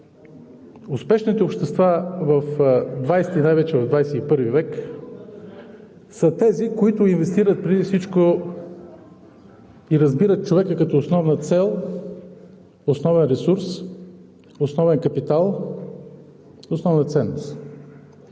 Успешните общества в ХХ и най-вече в ХХI век са тези, които инвестират преди всичко и разбират човека като основна цел, основен ресурс, основен капитал, основна ценност